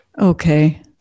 Okay